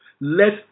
Let